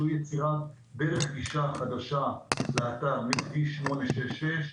יצירת דרך גישה חדשה לאתר מכביש 866,